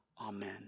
Amen